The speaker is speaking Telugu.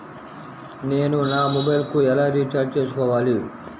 నేను నా మొబైల్కు ఎలా రీఛార్జ్ చేసుకోవాలి?